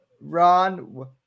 Ron